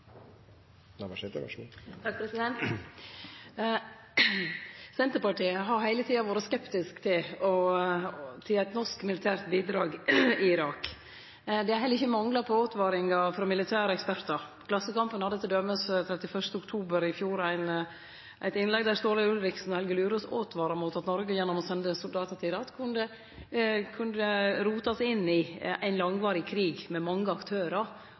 Navarsete – til oppfølgingsspørsmål. Senterpartiet har heile tida vore skeptisk til eit norsk militært bidrag i Irak. Det har heller ikkje mangla på åtvaringar frå militære ekspertar. Klassekampen hadde f.eks. den 31. oktober i fjor ein artikkel der Ståle Ulriksen og Helge Lurås åtvarar Noreg mot å sende soldatar til Irak, at det kunne rote oss inn i ein langvarig krig med mange aktørar